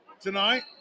tonight